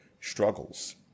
struggles